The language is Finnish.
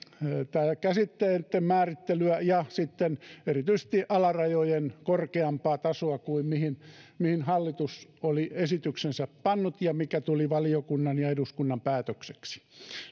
käsitteitten määrittelyä ja sitten erityisesti korkeampaa alarajojen tasoa kuin minkä hallitus oli esitykseensä pannut ja mikä tuli valiokunnan ja eduskunnan päätökseksi